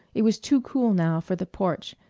it was too cool now for the porch,